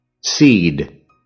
Seed